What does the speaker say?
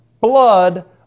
blood